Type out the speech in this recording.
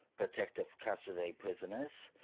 protective custody prisoners,